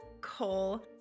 Cole